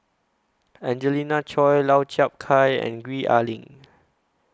Angelina Choy Lau Chiap Khai and Gwee Ah Leng